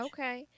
Okay